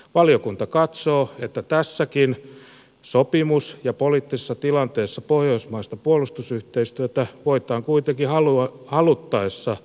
valiokunta katsoo että tässäkin sopimus ja poliit tisessa tilanteessa pohjoismaista puolustusyhteistyötä voidaan kuitenkin haluttaessa syventää